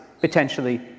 potentially